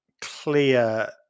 clear